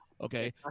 okay